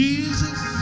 Jesus